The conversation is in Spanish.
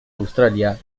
australia